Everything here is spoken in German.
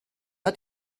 hat